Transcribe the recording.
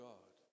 God